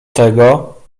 tego